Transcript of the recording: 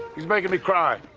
he's making me cry.